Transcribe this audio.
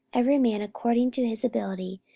every man according to his ability,